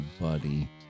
buddy